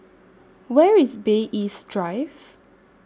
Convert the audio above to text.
Where IS Bay East Drive